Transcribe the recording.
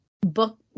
book